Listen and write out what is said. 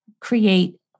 create